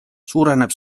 suureneb